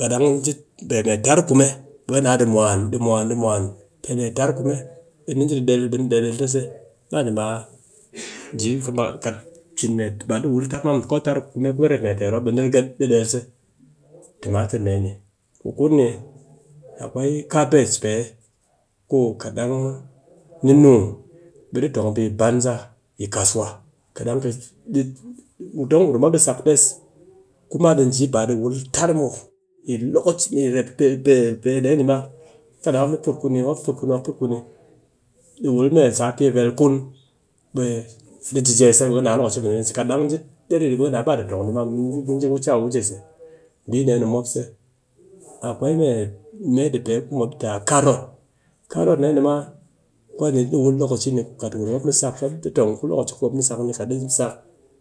kat dang ji pe mee tar kume ɓe ni ji del, ɓe ni ɗel a ni ta se. Ba di baa ji kat cin me, ba di wul tar ma muw, ko tar kume ku rep mee ter mop ɓe ni riga, ni ɗel se. Timatir de ni, ku kun niakwai kabage peh, ku kat ɗang ni nung ɓe ɗi tong a mbi banza yi kasuwa, kat ɗang di don gurum mop ɗi sak des kuma ɗi ji ba ɗi wul tar muw. Yi lokaci pee dee ni ma kat dang mop ni put ku ni mop put ku ni, mop put ku ni, di wul mee sat vel, kun, ɓe ni jee a jee se, ɓe khi naa lokaci mini kat ɗang ɓe khi naa ba ɗi tong di ma muw, ɓe ni ji wuce a wuce se. Mbi dee ni mop se, akwai mee di pee ku mop di te a karot, karot ɗee ma, kwani di wul lokaci ni kat gurum mop di sak, mop di tong ku lokaci ni ku mop ni sak, kat mop ni sak